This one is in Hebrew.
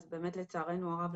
אז באמת לצערנו הרב,